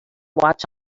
watch